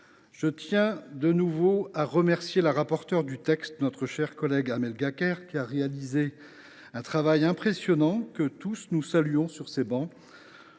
Je tiens de nouveau à remercier la rapporteure du texte, notre chère collègue Amel Gacquerre, qui a réalisé un travail impressionnant et salué par tous sur ces travées.